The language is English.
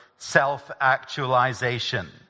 self-actualization